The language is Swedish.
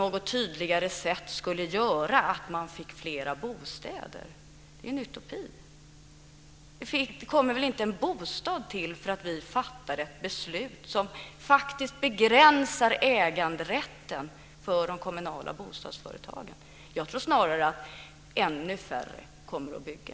Att denna lag skulle göra att vi fick fler bostäder är en utopi. Det kommer inte till en enda bostad för att vi fattar ett beslut som faktiskt begränsar äganderätten för de kommunala bostadsföretagen. Jag tror snarare att ännu färre kommer att bygga.